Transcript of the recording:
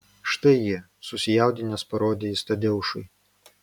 štai jie susijaudinęs parodė jis tadeušui